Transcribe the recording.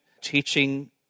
teaching